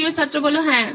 তৃতীয় ছাত্র হ্যাঁ